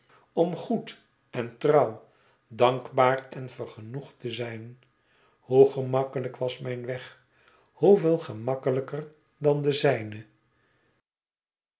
om goed en trouw dankbaar en vergenoegd te zijn hoe gemakkelijk was mijn weg hoeveel gemakkelijker dan de zijne